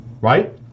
right